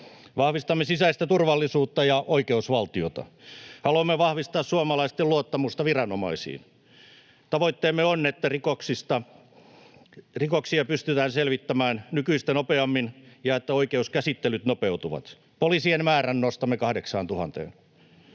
Vahvistamme sisäistä turvallisuutta ja oikeusvaltiota. Haluamme vahvistaa suomalaisten luottamusta viranomaisiin. Tavoitteemme on, että rikoksia pystytään selvittämään nykyistä nopeammin ja että oikeuskäsittelyt nopeutuvat. Poliisien määrän nostamme 8 000:een.